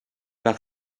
par